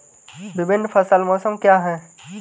विभिन्न फसल मौसम क्या हैं?